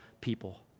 people